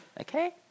okay